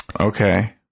Okay